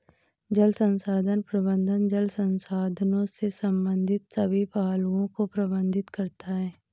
जल संसाधन प्रबंधन जल संसाधनों से संबंधित सभी पहलुओं को प्रबंधित करता है